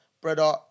brother